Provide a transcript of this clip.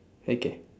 okay